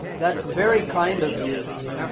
that's very kind of you.